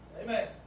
Amen